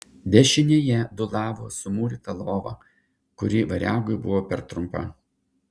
dešinėje dūlavo sumūryta lova kuri variagui buvo per trumpa